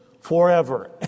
forever